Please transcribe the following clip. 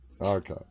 Okay